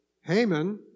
Haman